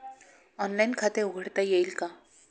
Online खाते उघडता येईल का?